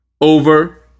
over